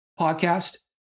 podcast